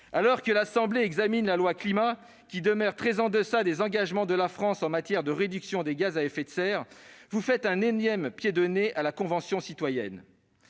Alors que l'Assemblée nationale examine le projet de loi Climat, qui demeure très en deçà des engagements de la France en matière de réduction des gaz à effet de serre, vous faites un énième pied de nez à la Convention citoyenne